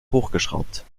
hochgeschraubt